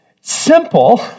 simple